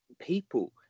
people